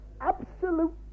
Absolute